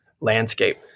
landscape